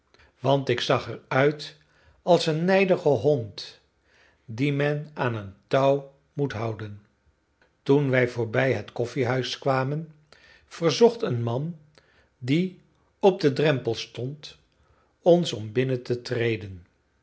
want ik zag er uit als een nijdige hond dien men aan een touw moet houden toen wij voorbij het koffiehuis kwamen verzocht een man die op den drempel stond ons om binnen te treden